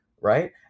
Right